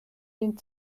den